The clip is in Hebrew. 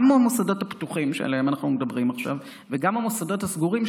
גם המוסדות הפתוחים שעליהם אנחנו מדברים עכשיו וגם המוסדות הסגורים,